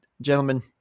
Gentlemen